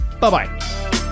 Bye-bye